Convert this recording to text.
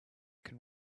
can